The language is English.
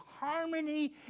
harmony